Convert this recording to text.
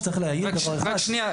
יש להעיר דבר אחד,